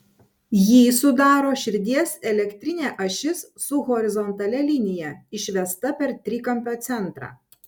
jį sudaro širdies elektrinė ašis su horizontalia linija išvesta per trikampio centrą